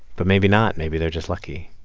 but maybe not. maybe they're just lucky